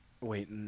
wait